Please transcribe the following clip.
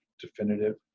definitive